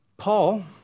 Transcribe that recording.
Paul